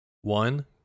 one